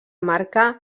marca